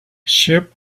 ship